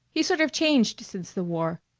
he's sort of changed since the war.